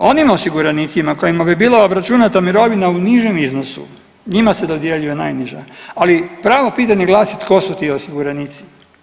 Onim osiguranicima kojima bi bila obračunata mirovina u nižem iznosu njima se dodjeljuje najniža, ali pravo pitanje glasi tko su ti osiguranici?